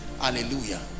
Hallelujah